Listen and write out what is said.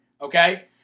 Okay